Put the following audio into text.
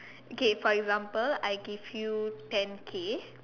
okay for example I give you ten K